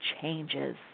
Changes